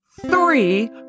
three